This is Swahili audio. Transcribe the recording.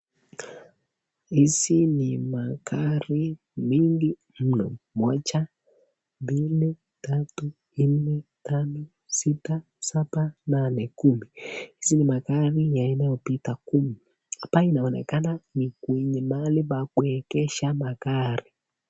Hizi ni magari mingi mno, moja, mbili, tatu, nne, tano, sita, saba, nane, kumi. Hizi ni magari yanayopita kumi ambayo inaonekana ni kwenye mahali ya kuegesha magari.